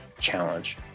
challenge